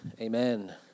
amen